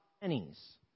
Pennies